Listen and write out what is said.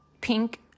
pink